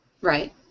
Right